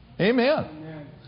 Amen